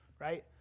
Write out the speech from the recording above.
right